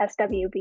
SWB